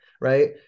right